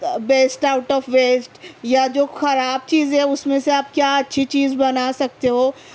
best out of waste یا جو خراب چیزیں ہیں اس میں سے آپ کیا اچھی چیز بنا سکتے ہو